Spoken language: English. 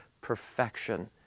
perfection